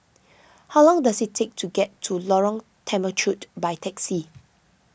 how long does it take to get to Lorong Temechut by taxi